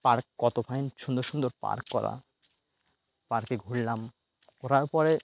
park কত fine সুন্দর সুন্দর পার্ক করা পার্কে ঘুরলাম ঘোরার পরে